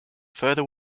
further